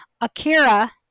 Akira